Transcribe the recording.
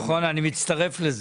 נכון, אני מצטרף לזה.